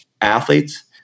athletes